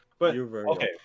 Okay